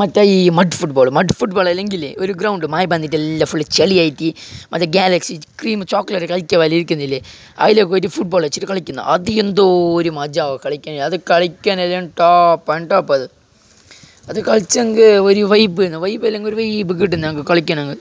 മറ്റേ ഈ mud football mud football അല്ലെങ്കിലേ ഒരു ഗ്രൗണ്ടു മഴ വന്നിട്ട് എല്ലാം ഫുള്ള് ചെളിയായിട്ട് അത് ഗാലക്സി ക്രീം ചോക്ലേറ്റ് കഴിക്കാന് വന്നിരിക്കുന്നിലെ അതില് പോയിട്ട് ഫുട്ബോൾ വെച്ചിട്ട് കളിക്കുന്ന് അത് എന്തോരം മജ്ജ കളിക്കാൻ അത് കളിയ്ക്കാൻ ടോപ് ആൻഡ് ടോപ് അത് അത് കളിച്ചെങ്കിൽ ഒരു വൈബ് അല്ലെങ്കിൽ ഒര് വൈബ് കളിക്കാനൊക്കെ